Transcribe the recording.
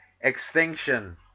extinction